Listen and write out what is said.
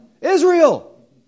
Israel